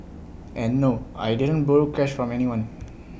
and no I didn't borrow cash from anyone